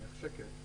נחשקת,